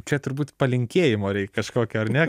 čia turbūt palinkėjimo reik kažkokio ar ne